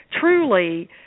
truly